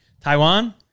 Taiwan